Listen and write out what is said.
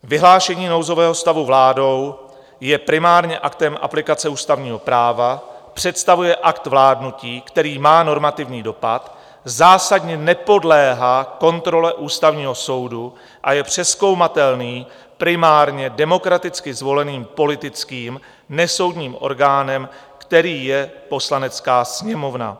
Vyhlášení nouzového stavu vládou je primárně aktem aplikace ústavního práva, představuje akt vládnutí, který má normativní dopad, zásadně nepodléhá kontrole Ústavního soudu a je přezkoumatelný primárně demokraticky zvoleným politickým nesoudním orgánem, kterým je Poslanecká sněmovna.